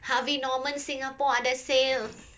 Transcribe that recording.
Harvey Norman singapore ada sales